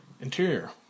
Interior